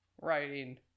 writing